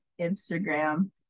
instagram